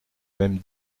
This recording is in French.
même